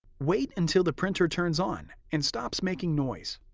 wait until the printer turns on and stops making noise.